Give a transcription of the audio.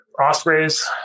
Ospreys